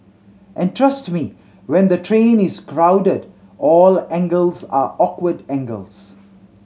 and trust me when the train is crowded all angles are awkward angles